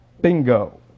bingo